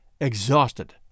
exhausted